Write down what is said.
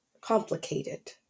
complicated